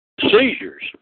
Seizures